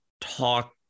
talk